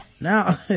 Now